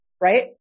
Right